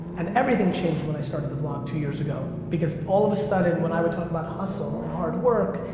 and everything changed when i started the vlog two years ago, because all of a sudden when i would talk about hustle and hard work,